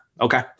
okay